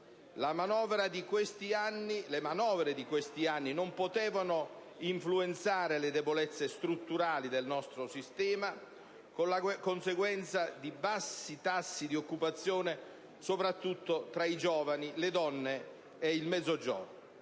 Le manovre di questi anni non potevano influenzare le debolezze strutturali del nostro sistema, con la conseguenza di bassi tassi di occupazione, soprattutto tra i giovani, le donne e nel Mezzogiorno.